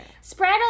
spread